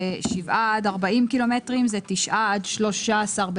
ושבעה עד 40 קילומטרים זה 9 עד 13 במאי.